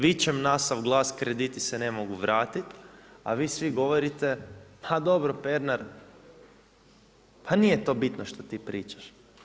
Vičem na sav glas, krediti se ne mogu vratiti a vi svi govorite ha dobro Pernar, pa nije to bitno što ti pričaš.